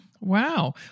Wow